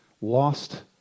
lost